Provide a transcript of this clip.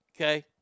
okay